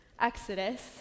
Exodus